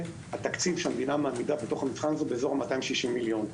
התקציב שהמדינה מעמידה בתוך המבחן הזה הוא בסביבות 260 מיליון שקל.